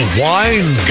wine